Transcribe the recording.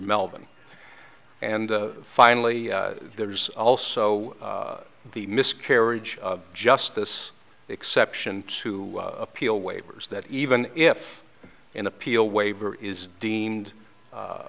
melvin and finally there's also the miscarriage of justice exception to appeal waivers that even if an appeal waiver is deemed